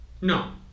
No